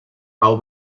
pau